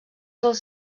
dels